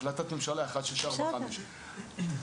החלטת ממשלה 1645. בסדר.